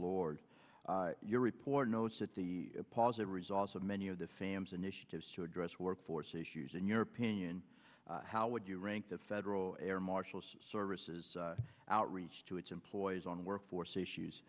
lord your report notes that the positive results of many of the fams initiatives to address workforce issues in your opinion how would you rank the federal air marshals services outreach to its employees on workforce issues